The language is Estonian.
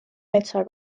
metsa